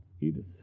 Edith